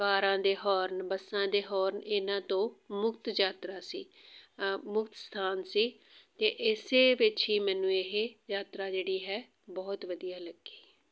ਕਾਰਾਂ ਦੇ ਹੋਰਨ ਬੱਸਾਂ ਦੇ ਹੋਰਨ ਇਹਨਾਂ ਤੋਂ ਮੁਕਤ ਯਾਤਰਾ ਸੀ ਮੁਕਤ ਸਥਾਨ ਸੀ ਅਤੇ ਇਸੇ ਵਿੱਚ ਹੀ ਮੈਨੂੰ ਇਹ ਯਾਤਰਾ ਜਿਹੜੀ ਹੈ ਬਹੁਤ ਵਧੀਆ ਲੱਗੀ